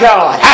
God